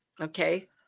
Okay